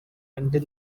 until